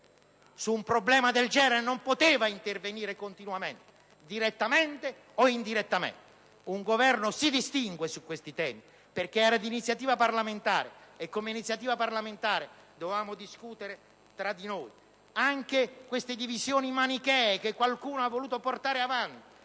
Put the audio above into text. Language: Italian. Su un problema del genere non doveva intervenire continuamente direttamente o indirettamente. Un Governo si doveva distinguere su questi temi perché il disegno di legge era d'iniziativa parlamentare e, quindi, ne dovevamo discutere tra noi. Anche queste divisioni manichee che qualcuno ha voluto portare avanti;